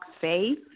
faith